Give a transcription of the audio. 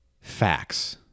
facts